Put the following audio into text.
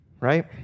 right